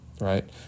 right